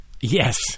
Yes